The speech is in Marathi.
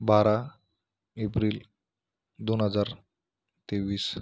बारा एप्रिल दोन हजार तेवीस